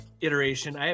iteration